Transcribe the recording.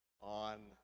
on